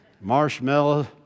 marshmallow